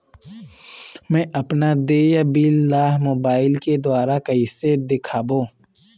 मैं अपन देय बिल ला मोबाइल के द्वारा कइसे देखबों?